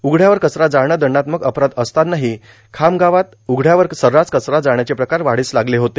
उघड्यावर कचरा जाळण दंडात्मक अपराध असतानाहा खामगावात उघड्यावर सरास कचरा जाळण्याचे प्रकार वाढांस लागले होते